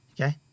Okay